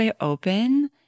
open